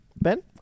Ben